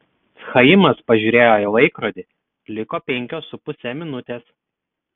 chaimas pažiūrėjo į laikrodį liko penkios su puse minutės